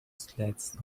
sleds